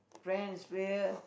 French player